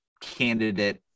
candidate